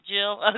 Jill